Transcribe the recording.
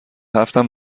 هفتم